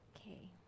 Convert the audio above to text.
Okay